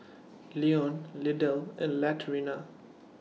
Leon Lydell and Latrina